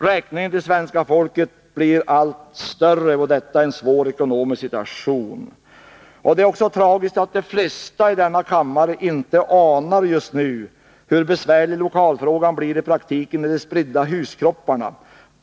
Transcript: Räkningen till svenska folket blir allt större, och detta i en svår ekonomisk situation. Det är också tragiskt att de flesta i denna kammare inte anar just nu hur besvärlig lokalfrågan blir i praktiken med de spridda huskropparna.